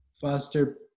foster